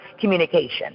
communication